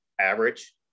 average